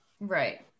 right